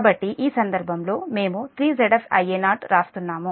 ఈ సందర్భంగా మేము 3 Zf Ia0 వ్రాస్తున్నాము